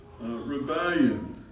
rebellion